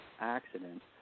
accident